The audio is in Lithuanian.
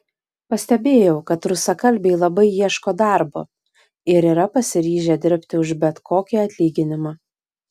pastebėjau kad rusakalbiai labai ieško darbo ir yra pasiryžę dirbti už bet kokį atlyginimą